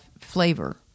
flavor